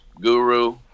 guru